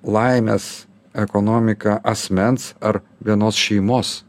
laimės ekonomika asmens ar vienos šeimos